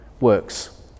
works